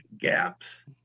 gaps